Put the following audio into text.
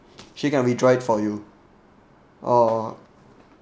she can withdraw it for you or